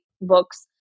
books